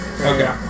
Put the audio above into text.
Okay